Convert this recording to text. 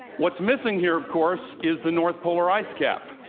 what's missing here, of course, is the north polar ice cap.